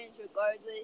regardless